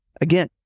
Again